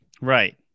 Right